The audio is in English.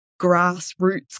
grassroots